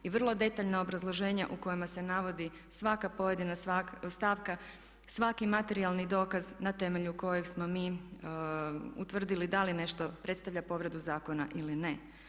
I vrlo detaljna obrazloženja u kojima se navodi svaka pojedina stavka, svaki materijalni dokaz na temelju kojeg smo mi utvrdili da li nešto predstavlja povredu zakona ili ne.